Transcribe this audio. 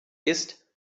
ist